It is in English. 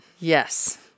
Yes